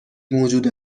موجود